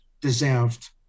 deserved